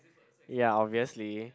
ya obviously